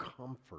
comfort